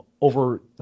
over